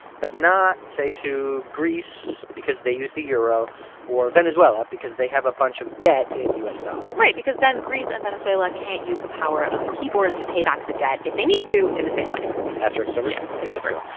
but not, say, to greece because they use the euro or venezuela because they have a bunch of debt in u s. dollars right because then greece and venezuela can't use the power of the keyboard to pay back the debt if they need to in the same way asterisk over? yes, it's over ok, let's go.